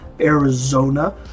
arizona